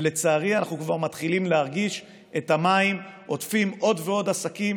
ולצערי אנחנו כבר מתחילים להרגיש את המים עוטפים עוד ועוד עסקים,